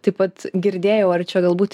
taip pat girdėjau ar čia galbūt